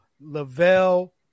Lavelle